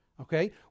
Okay